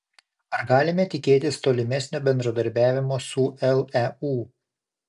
ar galime tikėtis tolimesnio bendradarbiavimo su leu